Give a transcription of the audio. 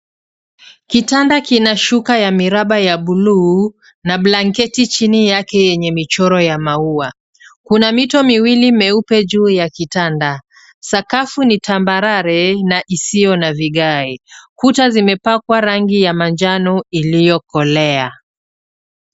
Kitanda kina shuka ya miraba ya blue na blanketi chini yake yenye michoro ya maua. Kuna mito miwili meupe juu ya kitanda. Sakafu ni tambarare na isiyo na vigae. Kuta zimepakwa rangi ya manjano iliyokolea.